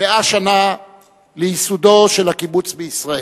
100 שנה לייסודו של הקיבוץ בישראל.